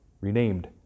renamed